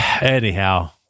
Anyhow